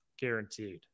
Guaranteed